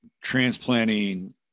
transplanting